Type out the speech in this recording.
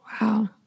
Wow